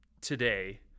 today